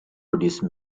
produce